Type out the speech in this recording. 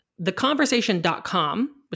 theconversation.com